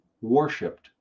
worshipped